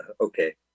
okay